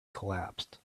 collapsed